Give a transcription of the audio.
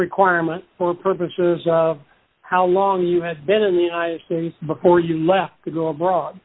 requirements for purposes of how long you had been in the united states before you left to go abroad